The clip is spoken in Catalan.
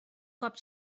cop